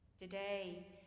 Today